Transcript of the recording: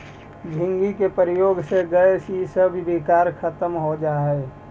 झींगी के प्रयोग से गैस इसब विकार खत्म हो जा हई